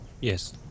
Yes